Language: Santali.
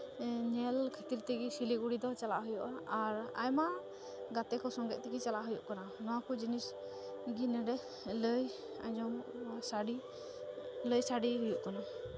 ᱧᱮᱞ ᱠᱷᱟᱹᱛᱤᱨ ᱛᱮᱜᱮ ᱥᱤᱞᱤᱜᱩᱲᱤ ᱫᱚ ᱪᱟᱞᱟᱜ ᱦᱩᱭᱩᱜᱼᱟ ᱟᱨ ᱟᱭᱢᱟ ᱜᱟᱛᱮ ᱠᱚ ᱥᱚᱸᱜᱮᱫ ᱛᱮᱜᱮ ᱪᱟᱞᱟᱜ ᱦᱩᱭᱩᱜ ᱠᱟᱱᱟ ᱱᱚᱣᱟ ᱠᱚ ᱡᱤᱱᱤᱥ ᱜᱮ ᱱᱚᱸᱰᱮ ᱞᱟᱹᱭ ᱟᱸᱡᱚᱢ ᱥᱟᱰᱮ ᱞᱟᱹᱭ ᱥᱟᱰᱮ ᱦᱩᱭᱩᱜ ᱠᱟᱱᱟ